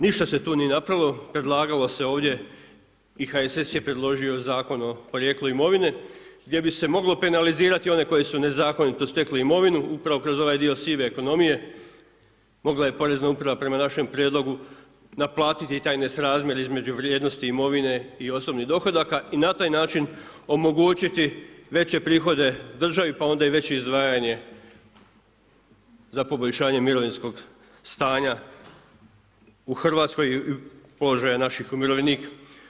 Ništa se tu nije napravilo, predlagalo se ovdje i HSS je predložio zakon o porijeklu imovine gdje bi se moglo penalizirati one koji su nezakonito stekli imovinu upravo kroz ovaj dio sive ekonomije, mogla je Porezna uprava prema našem prijedlogu naplatiti i taj nesrazmijer između vrijednosti imovine i osobnih dohodaka i na taj način omogućiti veće prihode državi pa onda i veće izdvajanje za poboljšanje mirovinskog stanja u Hrvatskoj i položaja naših umirovljenika.